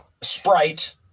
Sprite